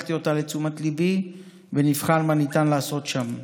לקחתי לתשומת ליבי ונבחן מה ניתן לעשות שם.